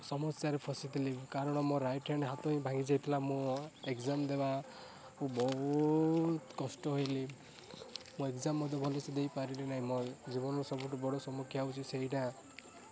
ସମସ୍ୟାରେ ଫସି ଥିଲି କାରଣ ମୋ ରାଇଟ୍ ହ୍ୟାଣ୍ଡ୍ ହାତ ହିଁ ଭାଙ୍ଗି ଯାଇଥିଲା ମୋ ଏଗଜାମ୍ ଦେବା କୁ ବହୁତ କଷ୍ଟ ହେଲି ମୁଁ ଏଗଜାମ୍ ମଧ୍ୟ ଭଲ ସେ ଦେଇପାରିଲିନି ମୋ ଜୀବନର ସବୁଠୁ ବଡ଼ ସମସ୍ୟା ହେଉଛି ସେଇଟା